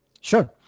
Sure